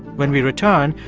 when we return,